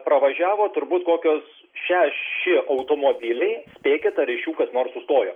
pravažiavo turbūt kokios šeši automobiliai spėkit ar iš jų kas nors sustojo